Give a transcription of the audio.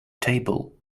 table